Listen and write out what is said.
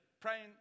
praying